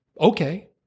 okay